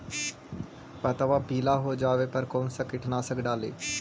पतबा पिला हो जाबे पर कौन कीटनाशक डाली?